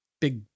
big